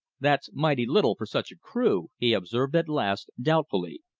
that's mighty little for such a crew, he observed at last, doubtfully.